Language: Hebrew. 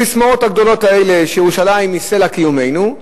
הססמאות הגדולות האלה שירושלים היא סלע קיומנו,